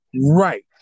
Right